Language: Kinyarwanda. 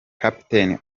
kapiteni